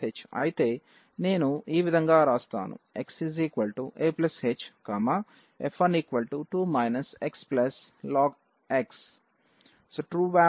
అయితే నేను ఈ విధంగా వ్రాస్తాను x a h f1 2 x log